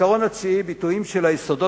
העיקרון התשיעי: ביטויים של היסודות